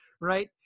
right